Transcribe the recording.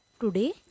Today